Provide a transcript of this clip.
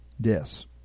deaths